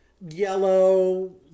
yellow